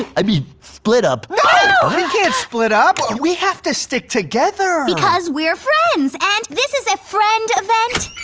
i mean, split up. no! we can't split up. we have to stick together. because we're friends. and this is a friend event.